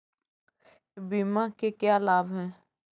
बीमा के क्या लाभ हैं?